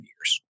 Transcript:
years